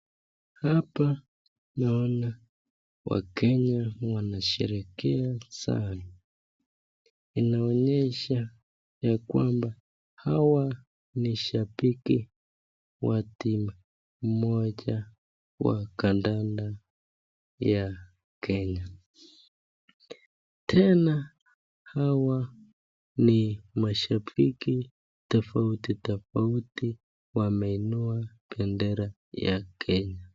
Hapa naona wakenya wanasherekea sana. Inaonyesha ya kwamba hawa ni shabiki wa timu moja wa kandanda ya Kenya. Tena hawa ni mashabiki tofauti tofauti wameinua bendera ya Kenya.